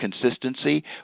consistency